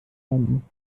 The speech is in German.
landen